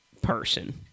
person